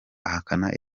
ahakana